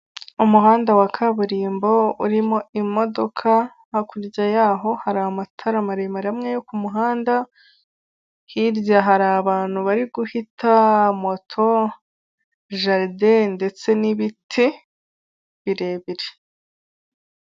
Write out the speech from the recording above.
Umuhanda wa kaburimbo urimo imodoka, hakurya y'aho hari amatara maremare amwe yo k'umuhanda, hirya hari abantu bari guhita, moto, jaride, ndetse n'ibiti birebire.